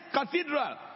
cathedral